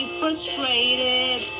frustrated